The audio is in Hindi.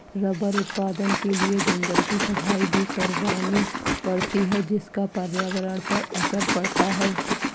रबर उत्पादन के लिए जंगल की सफाई भी करवानी पड़ती है जिसका पर्यावरण पर असर पड़ता है